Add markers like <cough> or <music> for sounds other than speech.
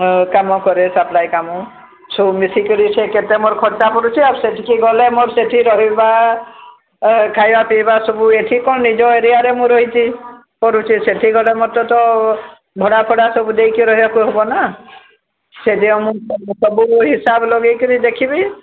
କାମ କରେ ସପ୍ଲାଏ କାମ ସବୁ ମିଶିକରି ସିଏ କେତେ ମୋର ଖର୍ଚ୍ଚଟା ପଡ଼ୁଛି ଆଉ ସେଠିକି ଗଲେ ମୋର ସେଠି ରହିବା ଖାଇବା ପିଇବା ସବୁ ଏଠି କ'ଣ ନିଜ ଏରିଆରେ ମୁଁ ରହିଛି କରୁଛି ସେଠି ଗଲେ ମତେ ତ ଭଡ଼ା ଫଡ଼ା ସବୁ ଦେଇକି ରହିବାକୁ ହେବନା ସେଠି ଆମ <unintelligible> ସବୁ ହିସାବ ଲଗେଇକିରି ଦେଖିବି